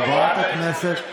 חברת הכנסת,